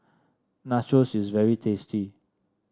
nachos is very tasty